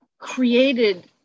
created